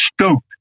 stoked